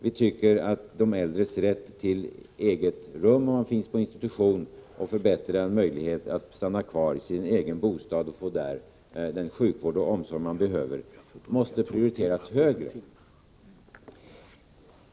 Vi tycker att de äldres rätt till eget rum, om de finns på institution, och förbättrad möjlighet att stanna kvar i sin egen bostad och där få den sjukvård och omsorg de behöver, måste prioriteras högre.